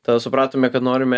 tada supratome kad norime